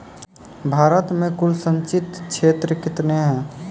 भारत मे कुल संचित क्षेत्र कितने हैं?